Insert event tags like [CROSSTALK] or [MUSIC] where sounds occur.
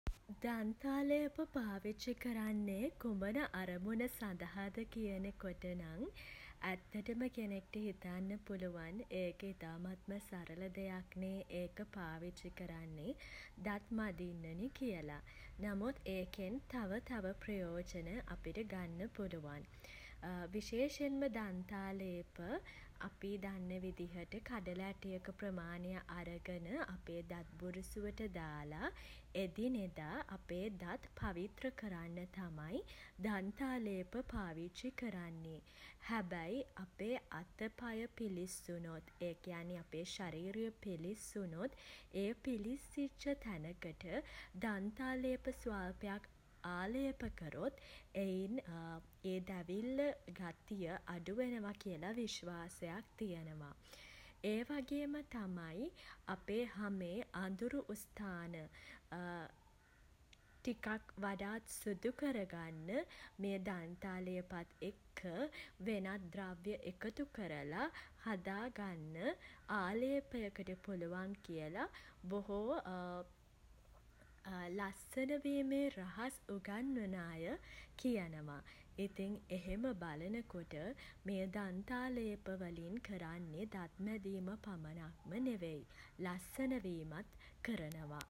දන්තාලේප පාවිච්චි කරන්නේ [HESITATION] කුමන අරමුණ සඳහාද කියනකොට නම් [HESITATION] ඇත්තටම කෙනෙක්ට හිතන්න පුළුවන් ඒක ඉතාමත්ම සරල දෙයක්නේ [HESITATION] ඒක පාවිච්චි කරන්නේ [HESITATION] දත් මදින්නේ කියල. නමුත් ඒකෙන් [HESITATION] තව තව ප්‍රයෝජන අපිට ගන්න පුළුවන් [HESITATION] විශේෂයෙන්ම දන්තාලේප [HESITATION] අපි දන්න විදිහට කඩල ඇටයක ප්‍රමාණය අරගෙන [HESITATION] අපේ දත් බුරුසුවට දාල [HESITATION] එදිනෙදා [HESITATION] අපේ දත් පවිත්‍ර කරන්න තමයි [HESITATION] දන්තාලේප පාවිච්චි කරන්නේ. හැබැයි [HESITATION] අපේ අත පය පිළිස්සුණොත් [HESITATION] ඒ කියන්නෙ අපේ ශරීරය පිළිස්සුණොත් [HESITATION] ඒ පිළිස්සිච්ච තැනකට දන්තාලේප ස්වල්පයක් [HESITATION] ආලේප කරොත් [HESITATION] එයින් ඒ දැවිල්ල [HESITATION] ගතිය අඩු වෙනවා කියලා විශ්වාසයක් තියෙනවා. ඒ වගේම තමයි [HESITATION] අපේ හමේ [HESITATION] අඳුරු ස්ථාන [HESITATION] ටිකක් වඩාත් සුදු කරගන්න [HESITATION] මේ දන්තාලේපත් එක්ක [HESITATION] වෙනත් ද්‍රව්‍ය එකතු කරලා [HESITATION] හදාගන්න ආලේපයට පුළුවන් කියල [HESITATION] බොහෝ [HESITATION] ලස්සන වීමේ රහස් උගන්වන [HESITATION] අය කියනවා. ඉතින් එහෙම බලනකොට [HESITATION] මේ දන්තාලේප වලින් කරන්නේ දත් මැදීම පමණක්ම නෙවෙයි [HESITATION] ලස්සන වීමත් කරනවා.